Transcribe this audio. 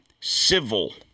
Civil